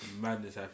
Madness